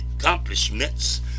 accomplishments